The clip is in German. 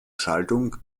schaltung